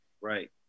Right